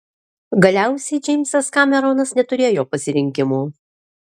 galiausiai džeimsas kameronas neturėjo pasirinkimo